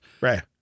Right